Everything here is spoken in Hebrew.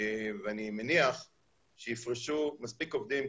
ואני מניח שיפרשו מספיק עובדים,